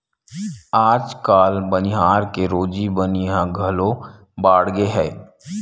आजकाल बनिहार के रोजी बनी ह घलो बाड़गे हे